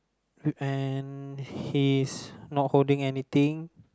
and he's not holding anything